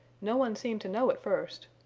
no one seemed to know at first.